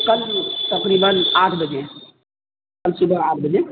کل تقریباً آٹھ بجے کل صبح آٹھ بجے